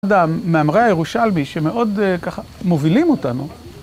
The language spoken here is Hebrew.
אדם מאמרי הירושלמי שמאוד ככה מובילים אותנו.